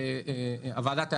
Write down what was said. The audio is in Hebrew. שהוועדה תאשר.